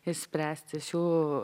išspręsti šių